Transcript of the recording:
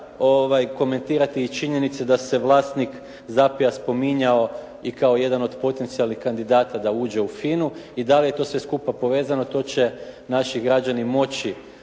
komentirati i činjenice da se vlasnik ZAPI-ja spominjao i kao jedan od potencijalnih kandidata da uđe u FINA-u i da li je to sve skupa povezano, to će naši građani moći